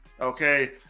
Okay